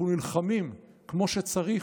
אנחנו נלחמים כמו שצריך,